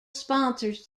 sponsors